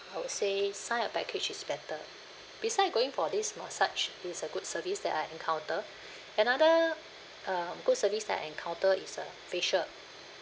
I would say sign a package is better beside I going for this massage is a good service that I encounter another uh good service that I encounter is uh facial